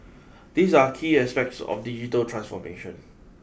these are key aspects of digital transformation